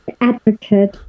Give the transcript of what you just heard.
advocate